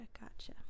gotcha